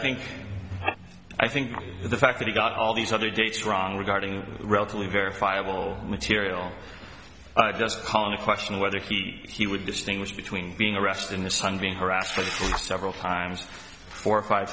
think i think the fact that he got all these other dates wrong regarding relatively verifiable material just calmly questioned whether he he would distinguish between being arrested in the sun being harassed for several times four or five